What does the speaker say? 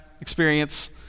experience